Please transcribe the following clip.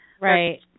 Right